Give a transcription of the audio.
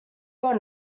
your